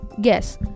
guess